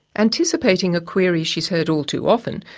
anticipating a query she's heard all too often,